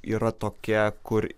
yra tokia kur